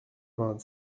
vingt